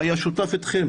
היה שותף איתכם